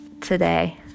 today